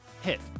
hit